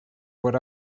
what